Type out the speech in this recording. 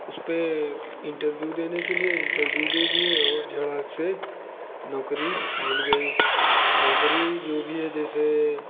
उस पर इंटरव्यू देने के लिए इंटरव्यू दे दिए और झटाक से नौकरी मिल गई नौकरी जो भी है जैसे